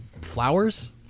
Flowers